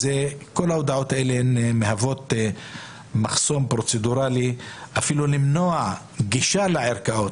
שכל ההודעות האלה מהוות מחסום פרוצדורלי אפילו למנוע גישה לערכאות.